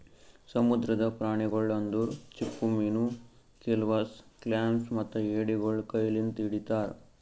ಸಮುದ್ರದ ಪ್ರಾಣಿಗೊಳ್ ಅಂದುರ್ ಚಿಪ್ಪುಮೀನು, ಕೆಲ್ಪಸ್, ಕ್ಲಾಮ್ಸ್ ಮತ್ತ ಎಡಿಗೊಳ್ ಕೈ ಲಿಂತ್ ಹಿಡಿತಾರ್